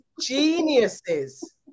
Geniuses